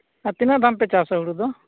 ᱟᱨ ᱛᱤᱱᱟᱹᱜ ᱫᱷᱟᱢᱯᱮ ᱪᱟᱥᱟ ᱦᱳᱲᱳ ᱫᱚ